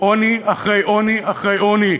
עוני אחרי עוני אחרי עוני.